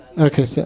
Okay